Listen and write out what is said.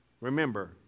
remember